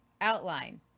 outline